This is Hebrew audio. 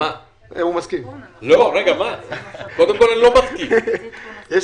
מכיוון שסדר-היום לא צפה את